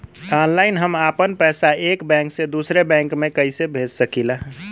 Online हम आपन पैसा एक बैंक से दूसरे बैंक में कईसे भेज सकीला?